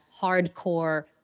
hardcore